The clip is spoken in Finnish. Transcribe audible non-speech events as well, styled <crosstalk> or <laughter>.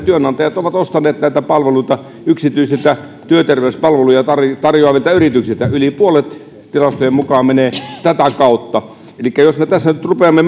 <unintelligible> työnantajat ovat ostaneet näitä palveluita yksityisiltä työterveyspalveluja tarjoavilta yrityksiltä yli puolet tilastojen mukaan menee tätä kautta jos me tässä nyt rupeamme <unintelligible>